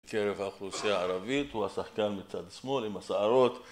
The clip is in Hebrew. קרב האוכלוסייה הערבית הוא השחקן מצד שמאל עם הסערות